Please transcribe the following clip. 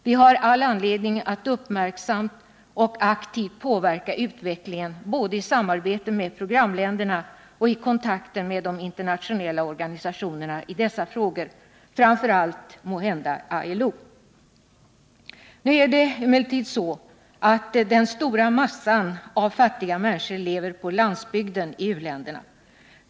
Vi har all anledning att uppmärksamt och aktivt påverka utvecklingen både i samarbete med programländerna och i kontakter med de internationella organisationerna, kanske framför allt ILO, i dessa frågor. Den stora massan fattiga människor i u-länderna lever på landsbygden.